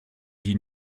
die